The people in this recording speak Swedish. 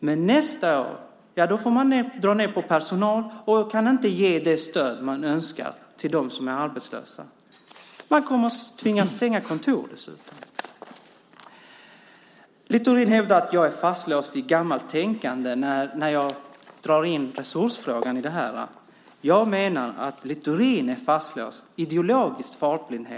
Men nästa år får man dra ned på personal och kan inte ge det stöd man önskar till dem som är arbetslösa. Man kommer dessutom att tvingas att stänga kontor. Littorin hävdar att jag är fastlåst i gammalt tänkande när jag drar in resursfrågan i detta. Jag menar att Littorin är fastlåst i ideologisk fartblindhet.